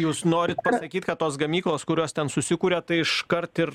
jūs norit pasakyt kad tos gamyklos kurios ten susikuria tai iškart ir